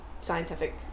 scientific